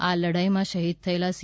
આ લડાઈમાં શહીદ થયેલા સી